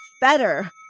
better